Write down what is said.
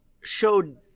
showed